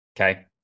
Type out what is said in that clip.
Okay